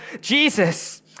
Jesus